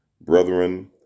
Brethren